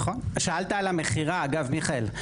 שאלת על המכירה אגב מיכאל.